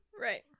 Right